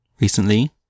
recently